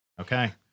Okay